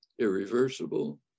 irreversible